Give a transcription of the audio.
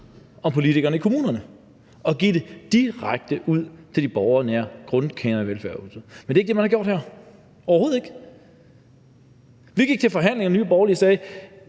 om politikerne i kommunerne og give dem direkte ud til de borgernære grundlæggende kernevelfærdsydelser. Men det er ikke det, man har gjort her – overhovedet ikke. Vi gik ind til forhandlingerne, hvor vi i Nye Borgerlige sagde: